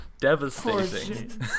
Devastating